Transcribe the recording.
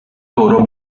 loro